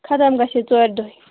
خَتَم گژھِ یہِ ژورِ دُہۍ